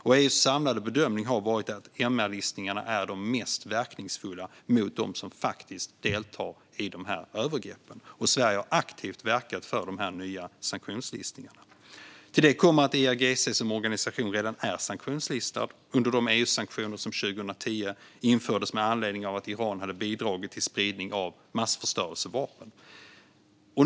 EU:s samlade bedömning har varit att detta är de mest verkningsfulla MR-listningarna mot dem som deltar i övergreppen, och Sverige har aktivt verkat för de nya sanktionslistningarna. Till detta kommer att IRGC som organisation redan är sanktionslistad under de EU-sanktioner som infördes 2010 med anledning av att Iran bidragit till spridning av massförstörelsevapen. Fru talman!